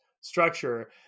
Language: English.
structure